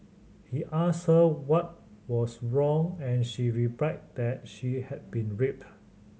he asked her what was wrong and she replied that she had been raped